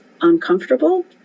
uncomfortable